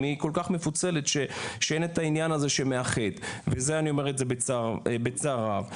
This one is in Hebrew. היא כל כך מפוצלת שאין את העניין הזה שמאחד ואת זה אני אומר בצער רב.